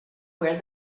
where